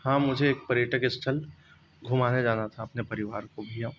हाँ मुझे एक पर्यटक स्थल घुमाने जाना था अपने परिवार को भैया